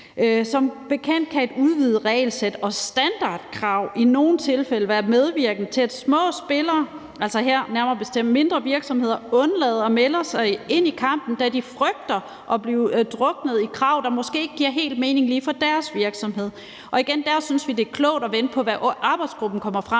Som bekendt kan et udvidet regelsæt og standardkrav i nogle tilfælde være medvirkende til, at små spillere, altså her nærmere bestemt mindre virksomheder, undlader at melde sig ind i kampen, da de frygter at blive druknet i krav, der måske ikke helt giver mening lige for deres virksomhed. Igen synes vi, at det her er klogt at vente på, hvad arbejdsgruppen kommer frem